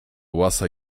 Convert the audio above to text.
łasa